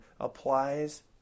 applies